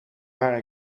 waar